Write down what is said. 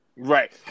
Right